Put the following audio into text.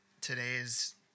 today's